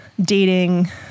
dating